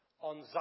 on